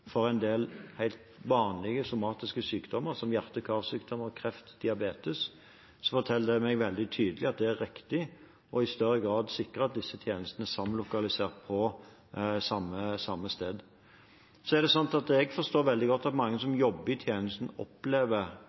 for en del helt vanlige somatiske sykdommer, som hjerte- og karsykdommer, kreft og diabetes, forteller det meg veldig tydelig at det er riktig i større grad å sikre at disse tjenestene er samlokalisert. Jeg forstår veldig godt at mange som jobber i tjenesten, opplever